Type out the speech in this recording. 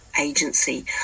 agency